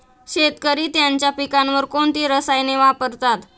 शेतकरी त्यांच्या पिकांवर कोणती रसायने वापरतात?